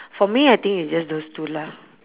for me I think it's just those two lah